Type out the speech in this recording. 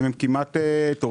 לאחרונה.